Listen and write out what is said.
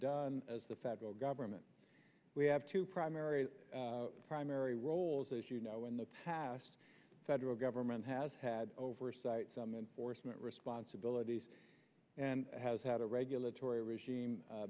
done the federal government we have two primary primary roles as you know in the past federal government has had oversight some enforcement responsibilities and has had a regulatory regime